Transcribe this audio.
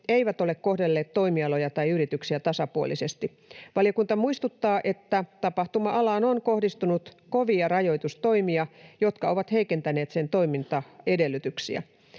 eivät ole kohdelleet toimialoja tai yrityksiä tasapuolisesti. Valiokunta muistuttaa, että tapahtuma-alaan on kohdistunut kovia rajoitustoimia, jotka ovat heikentäneet sen toimintaedellytyksiä.